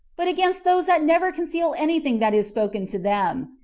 but against those that never conceal any thing that is spoken to them.